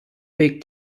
big